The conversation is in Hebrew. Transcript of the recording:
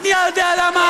אני יודע למה.